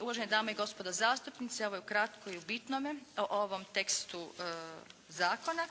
Uvažene dame i gospodo zastupnici evo u kratko i u bitnome o ovom tekstu zakona.